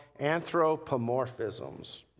anthropomorphisms